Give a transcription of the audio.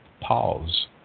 pause